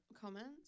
comments